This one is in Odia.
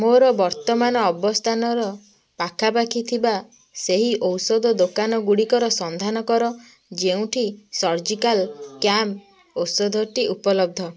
ମୋର ବର୍ତ୍ତମାନ ଅବସ୍ଥାନର ପାଖାପାଖି ଥିବା ସେହି ଔଷଧ ଦୋକାନଗୁଡ଼ିକର ସନ୍ଧାନ କର ଯେଉଁଠି ସର୍ଜିକାଲ୍ କ୍ୟାମ୍ପ ଔଷଧଟି ଉପଲବ୍ଧ